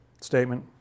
statement